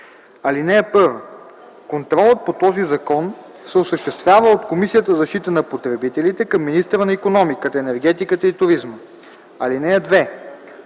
41. (1) Контролът по този закон се осъществява от Комисията за защита на потребителите към министъра на икономиката, енергетиката и туризма. (2)